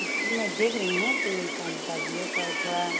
जी मैं देख रही हूँ कि ताजी ताजी है पर थोड़ा